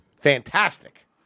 Fantastic